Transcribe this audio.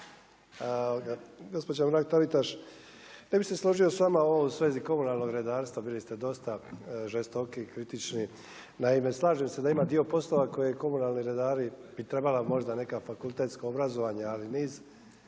Gospođa Mrak-Taritaš, ne bi se složio s vama u svezi komunalnog redarstva, bili ste dosta žestoki, kritični. Naime, slažem se da ima dio poslova koje komunalni redari bi trebala možda neka fakultetska obrazovanja, ali niz